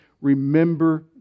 remember